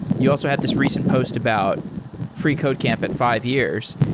you also had this recent post about freecodecamp at five years.